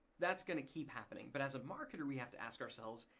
that's gonna keep happening but as a marketer, we have to ask ourselves,